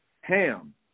Ham